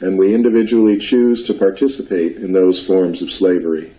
and we individually choose to participate in those forums of slavery